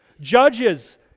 Judges